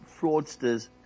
fraudsters